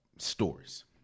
Stories